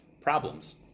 Problems